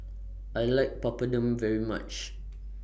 I like Papadum very much